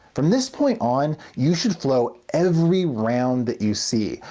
from this point on you should flow every round that you see,